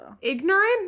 ignorant